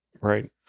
Right